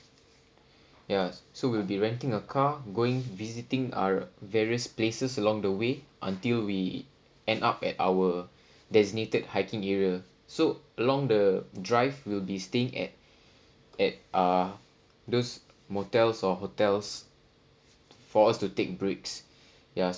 ya so we'll be renting a car going visiting uh various places along the way until we end up at our designated hiking area so along the drive we'll be staying at at uh those motels or hotels for us to take breaks ya